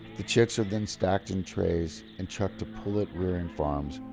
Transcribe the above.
the chicks are then stacked in trays and trucked to pullet rearing farms,